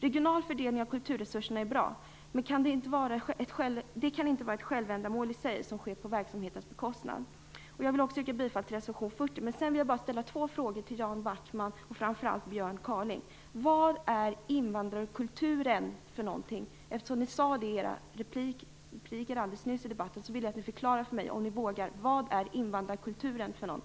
Regional fördelning av kulturresurserna är bra, men det kan inte vara ett självändamål som sker på verksamhetens bekostnad. Jag vill också yrka bifall till reservation 40. Sedan vill jag ställa två frågor till Jan Backman och framför allt till Björn Kaaling: Vad är "invandrarkulturen"? Eftersom ni använde det uttrycket i era repliker alldeles nyss vill jag att ni förklarar för mig, om ni vågar, vad är "invandrarkulturen"?